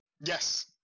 Yes